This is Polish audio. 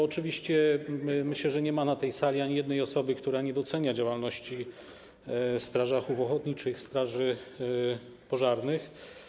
Oczywiście myślę, że nie ma na tej sali ani jednej osoby, która nie docenia działalności strażaków ochotniczych straży pożarnych.